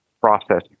process